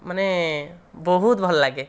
ମାନେ ବହୁତ ଭଲ ଲାଗେ